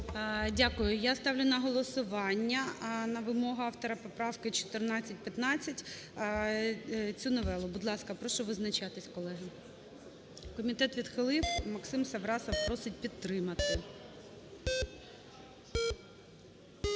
Дякую. Я ставлю на голосування, на вимогу автора поправки 1415 цю новелу. Будь ласка, прошу визначатись, колеги. Комітет відхилив. Максим Саврасов просить підтримати.